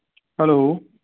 hello